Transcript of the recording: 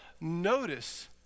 notice